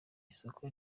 isoko